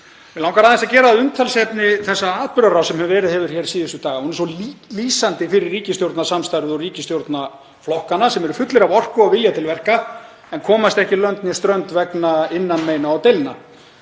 Mig langar aðeins að gera að umtalsefni þá atburðarás sem verið hefur síðustu daga. Hún er líka svo lýsandi fyrir ríkisstjórnarsamstarfið og ríkisstjórnarflokkana sem eru fullir af orku og vilja til verka en komast ekki lönd né strönd vegna innanmeina og deilna.